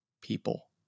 people